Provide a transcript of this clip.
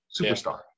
Superstar